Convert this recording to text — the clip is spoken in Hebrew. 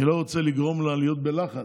אני לא רוצה לגרום לה להיות בלחץ,